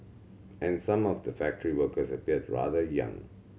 and some of the factory workers appeared rather young